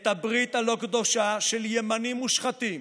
את הברית הלא-קדושה של ימנים מושחתים